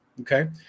Okay